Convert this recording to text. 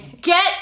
get